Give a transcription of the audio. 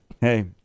Hey